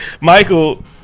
Michael